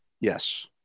Yes